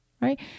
Right